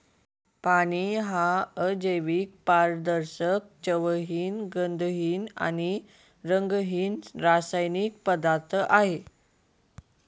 पाणी हा अजैविक, पारदर्शक, चवहीन, गंधहीन आणि रंगहीन रासायनिक पदार्थ आहे